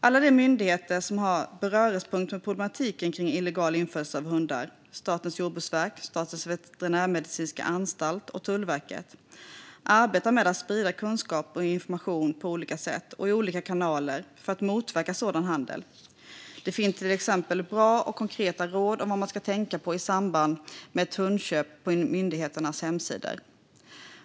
Alla de myndigheter som har beröringspunkter med problematiken kring illegal införsel av hundar - Statens jordbruksverk, Statens veterinärmedicinska anstalt, SVA, och Tullverket - arbetar med att sprida kunskap och information på olika sätt och i olika kanaler för att motverka sådan handel. Det finns till exempel bra och konkreta råd på myndigheternas hemsidor om vad man ska tänka på i samband med ett hundköp.